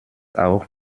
auch